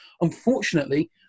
unfortunately